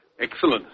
Excellent